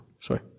Sorry